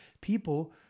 people